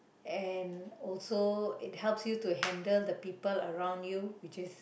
and also it helps you to handle the people around you which is